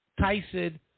Tyson